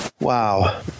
Wow